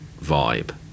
vibe